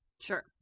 Sure